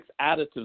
additives